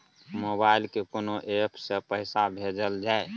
Mobile के कोन app से पैसा भेजल जाए?